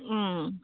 অঁ